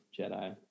jedi